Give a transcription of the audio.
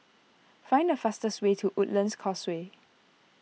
find the fastest way to Woodlands Causeway